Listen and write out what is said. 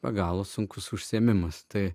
be galo sunkus užsiėmimas tai